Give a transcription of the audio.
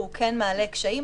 הוא מעלה קשיים,